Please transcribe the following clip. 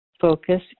focus